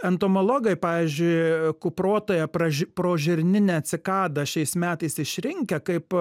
entomologai pavyzdžiui kuprotąją praži prožirninę cikadą šiais metais išrinkę kaip